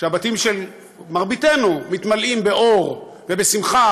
כשהבתים של מרביתנו מתמלאים באור ובשמחה